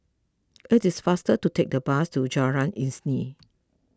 it is faster to take the bus to Jalan Isnin